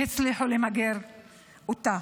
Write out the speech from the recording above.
והצליחו למגר אותה.